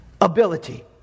Ability